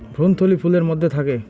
ভ্রূণথলি ফুলের মধ্যে থাকে